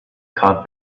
cod